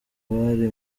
bari